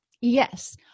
Yes